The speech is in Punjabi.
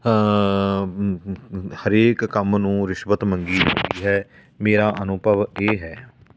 ਹਰੇਕ ਕੰਮ ਨੂੰ ਰਿਸ਼ਵਤ ਮੰਗੀ ਜਾਂਦੀ ਹੈ ਮੇਰਾ ਅਨੁਭਵ ਇਹ ਹੈ